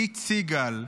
קית' סיגל,